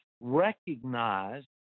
recognize